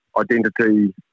identity